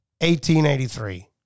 1883